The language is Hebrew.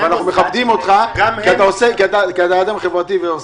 אנחנו מכבדים אותך כי אתה אדם חברתי.